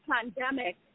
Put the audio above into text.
pandemic